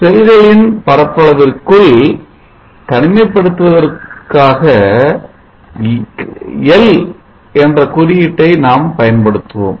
செல்களின் பரப்பளவிற்குள் தனிமைப் படுத்துவதற்க்காக L என்ற குறியீட்டை நாம் பயன்படுத்துவோம்